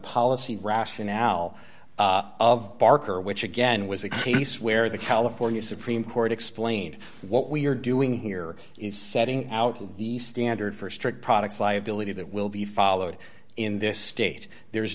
policy rason now of barker which again was a case where the california supreme court explained what we're doing here is setting out the standard for strict products liability that will be followed in this state there